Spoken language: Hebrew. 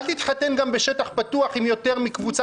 אל תתחתן גם בשטח פתוח עם יותר מקבוצה